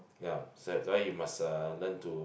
ya so that's why you must uh learn to